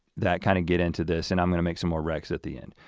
that kind of get into this and i'm gonna make some more refs at the end.